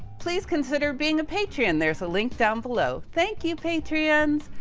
please consider being a patron. there's a link down below. thank you, patrons.